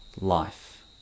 life